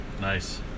Nice